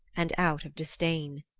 and out of disdain.